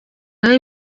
naho